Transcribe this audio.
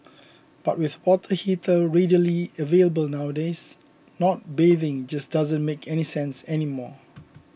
but with water heater readily available nowadays not bathing just doesn't make any sense anymore